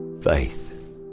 faith